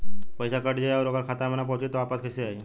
पईसा कट जाई और ओकर खाता मे ना पहुंची त वापस कैसे आई?